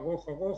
אביגדור,